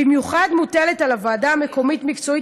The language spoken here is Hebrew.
במיוחד מוטלת על הוועדה המקומית המקצועית